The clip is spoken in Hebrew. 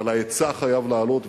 אבל ההיצע חייב לעלות,